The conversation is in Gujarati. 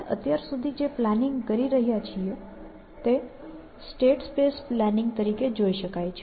આપણે અત્યાર સુધી જે પ્લાનિંગ કરી રહ્યા છીએ તે સ્ટેટ સ્પેસ પ્લાનિંગ તરીકે જોઇ શકાય છે